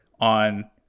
on